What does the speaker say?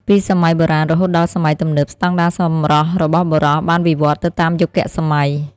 ពីសម័យបុរាណរហូតដល់សម័យទំនើប ស្តង់ដារសម្រស់របស់បុរសបានវិវត្តន៍ទៅតាមយុគសម័យ។